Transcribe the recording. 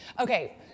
Okay